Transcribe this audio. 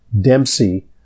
Dempsey